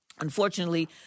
Unfortunately